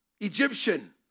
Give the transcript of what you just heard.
Egyptian